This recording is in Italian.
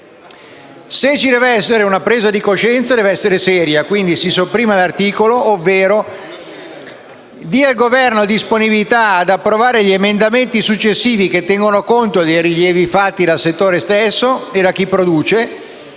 Se ci deve essere una presa di coscienza, questa deve essere seria. Quindi si sopprima l’articolo oppure il Governo dia la sua disponibilità all’approvazione degli emendamenti successivi, che tengono conto dei rilievi fatti dal settore stesso e da chi produce,